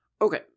Okay